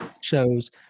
shows